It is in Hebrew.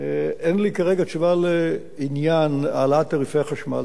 אין לי כרגע תשובה לעניין העלאת תעריפי החשמל.